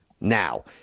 now